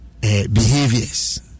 behaviors